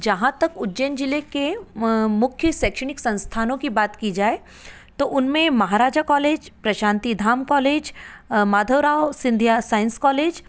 जहाँ तक उज्जैन ज़िले के मुख्य शैक्षणिक संस्थानों की बात की जाए तो उनमें Maharaja college Prashanti Dham college Madhav Rao Scindia science college